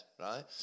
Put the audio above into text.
right